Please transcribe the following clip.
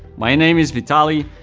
my name is vitaliy,